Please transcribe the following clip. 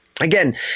again